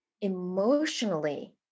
emotionally